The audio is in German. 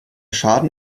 schaden